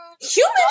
Humans